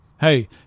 Hey